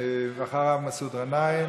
ואחריו, מסעוד גנאים,